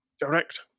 direct